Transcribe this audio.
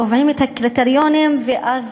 קובעים את הקריטריונים ואז,